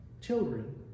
children